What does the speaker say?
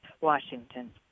Washington